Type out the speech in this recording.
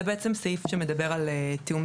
זה בעצם סעיף שמדבר על תיאום,